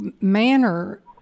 manner